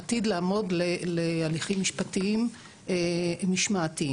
עתיד לעמוד להליכים משפטיים משמעתיים.